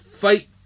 Fight